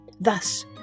Thus